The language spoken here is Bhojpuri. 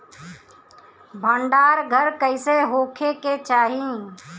भंडार घर कईसे होखे के चाही?